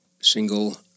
single